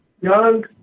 young